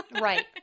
Right